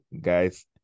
Guys